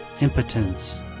impotence